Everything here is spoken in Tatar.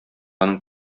аның